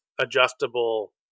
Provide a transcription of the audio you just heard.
adjustable